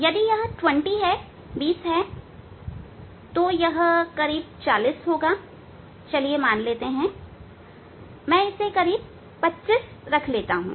यदि यह 20 है तो यह करीब 40 होगा चलिए मान लेते हैं मैं इसे 25 रख लेता हूं